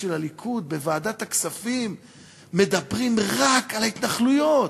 של הליכוד בוועדת הכספים מדברים רק על ההתנחלויות.